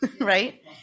right